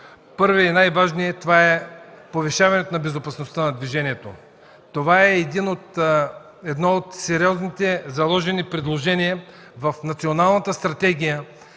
Първият, и най-важният, това е повишаването на безопасността на движението. Това е едно от сериозните заложени предложения в Националната стратегия